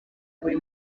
buri